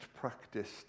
practiced